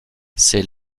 c’est